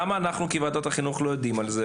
למה אנחנו, כוועדת החינוך, לא יודעים על זה?